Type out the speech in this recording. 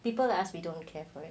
people like us we don't care for it